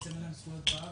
שאין להם זכויות בארץ.